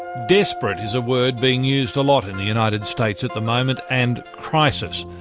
desperate is a word being used a lot in the united states at the moment, and crisis.